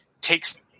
takes